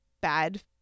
bad